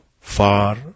Far